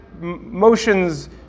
motions